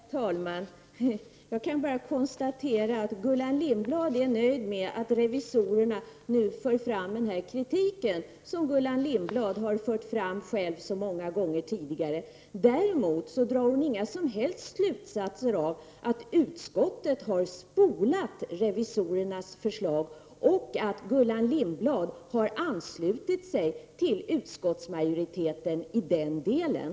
Herr talman! Jag kan bara konstatera att Gullan Lindblad är nöjd med att revisorerna nu för fram den kritik som hon själv har fört fram så många gånger tidigare. Däremot drar hon inga som helst slutsatser av att utskottet har spolat revisorernas förslag och att hon själv har anslutit sig till utskottsmajoriteten i den delen.